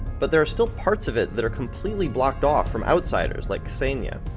but there are still parts of it that are completely blocked off from outsiders like ksenia.